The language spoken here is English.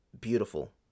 beautiful